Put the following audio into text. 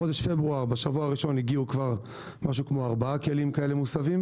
בחודש פברואר בשבוע הראשון הגיעו כבר משהו כמו 4 כלים מוסבים.